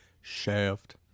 Shaft